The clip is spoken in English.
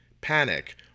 panic